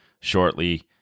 shortly